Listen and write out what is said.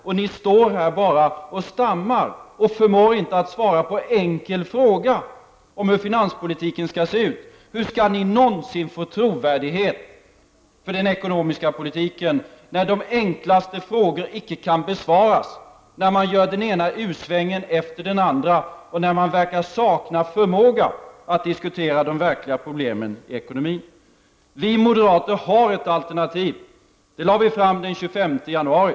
Regeringsföreträdarna står emellertid här och bara stammar. De förmår inte svara på en enkel fråga om hur finanspolitiken skall se ut. Hur skall regeringen någonsin få trovärdighet för den ekonomiska politiken när de enklaste frågor icke kan besvaras, när regeringen gör den ena u-svängen efter den andra och verkar sakna förmåga att diskutera de verkliga problemen i ekonomin? Vi moderater har ett alternativ. Det lade vi fram den 25 janauri.